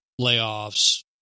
layoffs